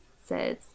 says